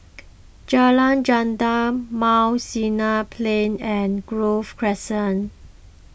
Jalan Gendang Mount Sinai Plain and Grove Crescent